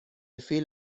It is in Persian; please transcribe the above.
فیل